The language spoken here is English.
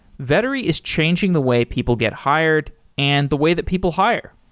vettery is changing the way people get hired and the way that people hire.